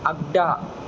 आग्दा